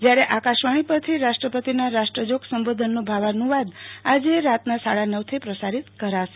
જ્યારે આકાશવાણી પરથી રાષ્ટ્રપતિના રાષ્ટ્રજોગ સંબોધનનો ભાવાનુવાદ આજે રાતના સાડા નવથી પ્રસારીત કરાશે